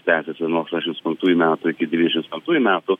tęsiasi nuo aštuoniasdešimt penktųjų metų iki devyniasdešimt penktųjų metų